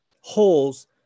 holes